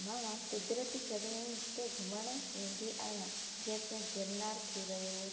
मां क़ुदिरती जॻहियूं ते घुमणु वेंदी आहियां जीअं त गिरनार थी वियो